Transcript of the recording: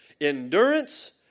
endurance